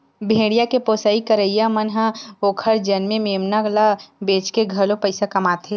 भेड़िया के पोसई करइया मन ह ओखर जनमे मेमना ल बेचके घलो पइसा कमाथे